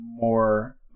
more